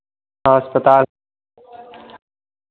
अस्पताल